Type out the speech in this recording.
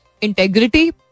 Integrity